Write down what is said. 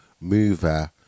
Mover